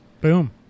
Boom